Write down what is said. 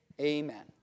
Amen